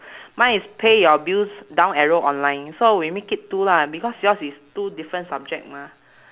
mine is pay your bills down arrow online so we make it two lah because yours is two different subject mah